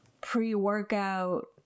pre-workout